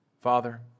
Father